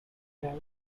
drives